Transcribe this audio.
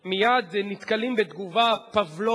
מייד נתקלים בתגובה פבלובית: